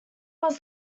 was